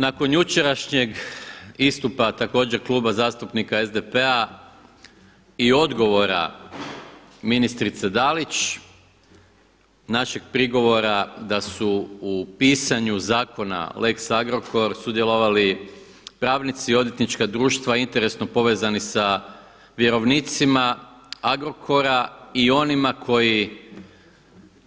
Nakon jučerašnjeg istupa također Kluba zastupnika SDP-a i odgovora ministrice Dalić našeg prigovora da su u pisanju zakona lex Agrokor sudjelovali pravnici, odvjetnička društva, interesno povezani sa vjerovnicima Agrokora i onima koji